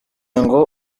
ngo